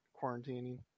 quarantining